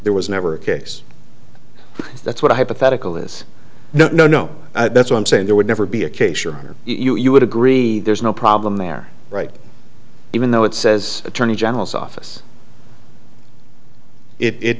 there was never a case that's what i pathetically is no no no that's why i'm saying there would never be a case or you would agree there's no problem there right even though it says attorney general's office it